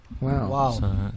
Wow